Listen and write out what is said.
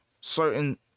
certain